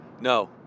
No